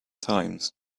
times